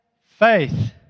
faith